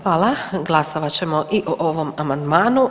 Hvala, glasovat ćemo i o ovom amandmanu.